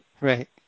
right